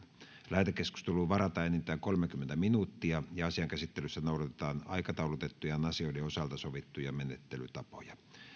lähetekeskusteluun varataan enintään kolmekymmentä minuuttia asian käsittelyssä noudatetaan aikataulutettujen asioiden osalta sovittuja menettelytapoja